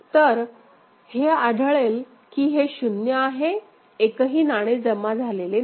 तर हे आढळेल की हे 0 आहे एकही नाणे जमा झाले नाही